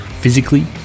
physically